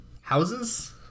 Houses